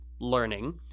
learning